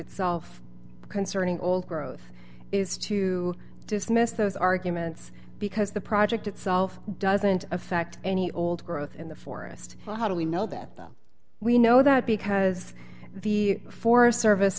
itself concerning old growth is to dismiss those arguments because the project itself doesn't affect any old growth in the forest so how do we know that we know that because the forest service